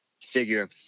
figure